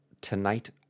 tonight